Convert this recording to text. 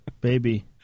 Baby